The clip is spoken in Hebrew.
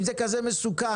אם זה כזה מסוכן,